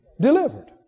Delivered